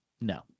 No